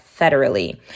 federally